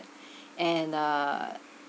and uh